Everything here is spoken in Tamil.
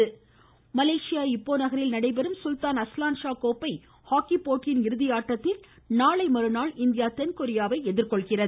ஹாக்கி மலேசிய இப்போ நகரில் நடைபெறும் சுல்தான் அஸ்லான்ஷா கோப்பை ஹாக்கி போட்டியின் இறுதி ஆட்டத்தில் நாளை மறுநாள் இந்தியா தென்கொரியாவை எதிர்கொள்கிறது